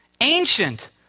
ancient